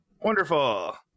Wonderful